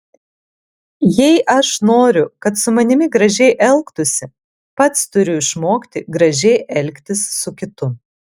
jei aš noriu kad su manimi gražiai elgtųsi pats turiu išmokti gražiai elgtis su kitu